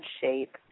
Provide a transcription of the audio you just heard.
shape